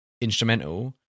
instrumental